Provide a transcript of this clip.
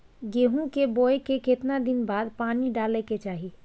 गेहूं के बोय के केतना दिन बाद पानी डालय के चाही?